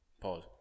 Pause